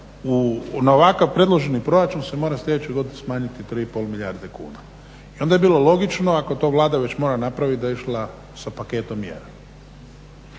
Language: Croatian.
na ovakav predloženi proračun se mora sljedeće godine smanjiti 3,5 milijarde kuna i onda je bilo logično ako to Vlada već mora napraviti da je išla sa paketom mjera.